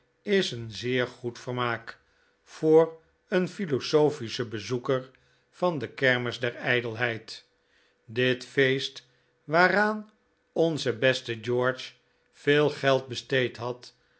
is een zeer goed vermaak voor een philosophischen bezoeker van de kermis der ijdelheid dit feest waaraan onze beste george veel geld besteed had